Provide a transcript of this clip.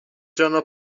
جانا